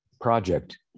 project